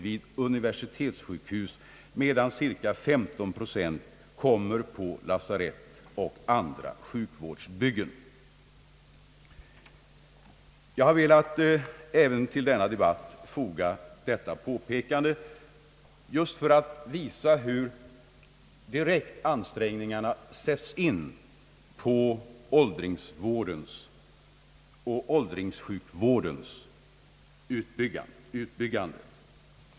vid universitetssjukhusen, medan cirka 15 procent gäller lasarett och andra sjukvårdsbyggen. Jag har till denna debatt velat foga även detta påpekande för att visa hur direkt ansträngningarna sätts in på åldringsvården och åldringssjukvårdens utbyggande.